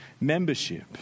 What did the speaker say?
Membership